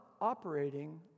operating